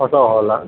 ಹೊಸ ಹಾಲಾ